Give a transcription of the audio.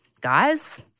guys